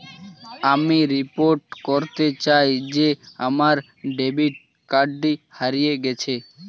আমি রিপোর্ট করতে চাই যে আমার ডেবিট কার্ডটি হারিয়ে গেছে